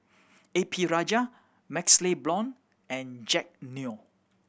A P Rajah MaxLe Blond and Jack Neo